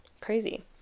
Crazy